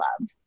love